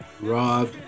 rob